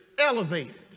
elevated